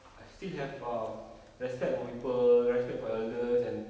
still have um respect for people respect for elders and